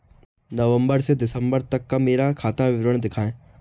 नवंबर से दिसंबर तक का मेरा खाता विवरण दिखाएं?